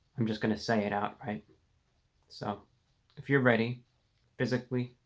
i'm just gonna say it out right so if you're ready physically,